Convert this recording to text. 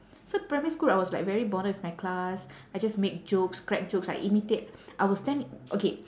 so primary school I was like very bonded with my class I just make jokes crack jokes I imitate I will stand okay